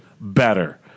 better